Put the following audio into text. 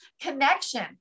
connection